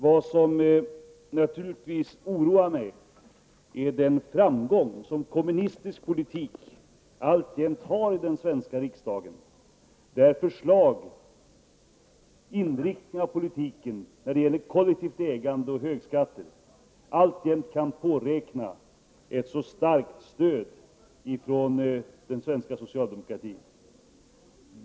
Vad som naturligtvis oroar mig är den framgång som kommunistisk politik alltjämt har i den svenska riksdagen, där förslag om inriktning av politiken när det gäller kollektivt ägande och högskatter alltjämt kan påräkna ett så starkt stöd från den svenska socialdemokratin.